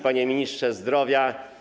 Panie Ministrze Zdrowia!